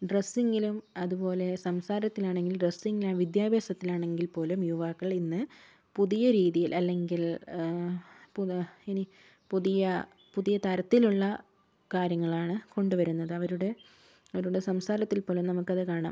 ഡ്രസ്സിങ്ങിലും അതുപോലെ സംസാരത്തിലാണെങ്കിലും ഡ്രസ്സിങ്ങിലെ വിദ്യാഭ്യാസത്തിലാണെങ്കിൽ പോലും യുവാക്കൾ ഇന്ന് പുതിയ രീതിയിൽ അല്ലെങ്കിൽ ഇനി പുതിയ പുതിയ തരത്തിലുള്ള കാര്യങ്ങളാണ് കൊണ്ടുവരുന്നത് അവരുടെ അവരുടെ സംസാരത്തിൽ പോലും നമുക്കത് കാണാം